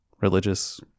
religious